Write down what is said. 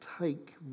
take